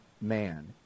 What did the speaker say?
man